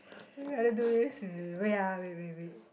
would you rather do this with wait ah wait wait wait